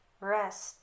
rest